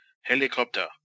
Helicopter